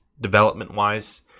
development-wise